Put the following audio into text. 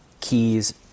keys